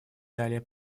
далее